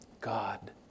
God